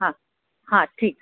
हा हा ठीकु